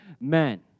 men